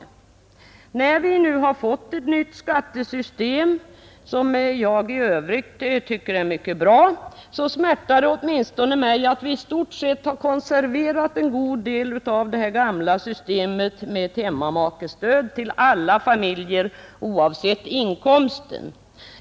När vi nu har fått ett nytt skattesystem som jag i övrigt tycker är mycket bra, smärtar det mig att vi i stort sett har konserverat en god del av det gamla systemet med ett hemmamakestöd till alla familjer oavsett inkomsten.